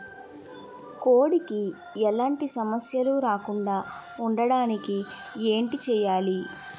కోడి కి ఎలాంటి సమస్యలు రాకుండ ఉండడానికి ఏంటి చెయాలి?